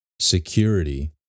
security